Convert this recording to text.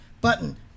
button